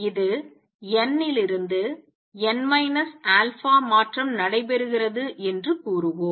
இது n லிருந்து n α மாற்றம் நடைபெறுகிறது என்று கூறுவோம்